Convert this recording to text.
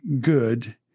good